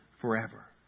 forever